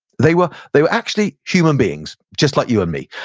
they were they were actually human beings just like you and me.